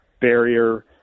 barrier